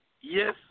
Yes